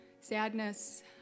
sadness